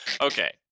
Okay